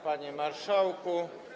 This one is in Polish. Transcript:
Panie Marszałku!